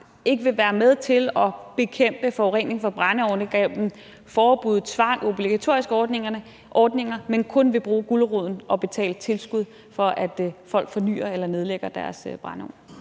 ikke vil være med til at bekæmpe forurening fra brændeovne gennem forbud, tvang, altså obligatoriske ordninger, men kun vil bruge gulerod og betale tilskud til, at folk fornyer eller nedlægger deres brændeovne?